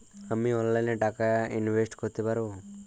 আমি অনলাইনে টাকা ইনভেস্ট করতে পারবো?